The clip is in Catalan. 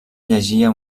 llegia